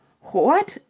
what.